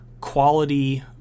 quality